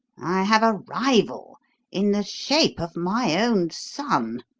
i have a rival in the shape of my own son.